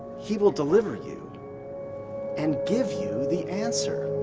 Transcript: he will deliver you and give you the answer.